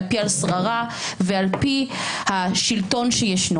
על פי השררה ועל פי השלטון הקיים.